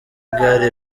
gare